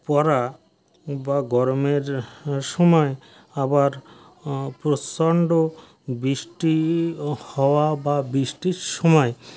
পড়া বা গরমের সমায় আবার প্রসণ্ড বৃষ্টি ও হওয়া বা বৃষ্টির সময়